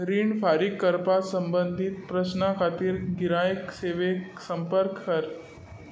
रीण फारीक करपा संबंदीत प्रश्ना खातीर गिरायक सेवेक संपर्क कर